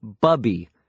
Bubby